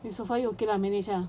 so far you okay lah manage ah